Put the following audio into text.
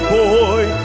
boy